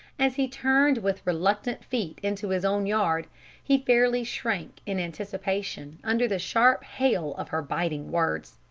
as he turned with reluctant feet into his own yard he fairly shrank in anticipation under the sharp hail of her biting words.